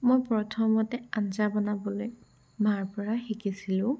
মই প্ৰথমতে আঞ্জা বনাবলৈ মাৰ পৰা শিকিছিলোঁ